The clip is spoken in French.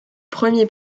premiers